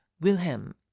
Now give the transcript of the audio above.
wilhelm